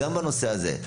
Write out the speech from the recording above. גם בנושא הזה.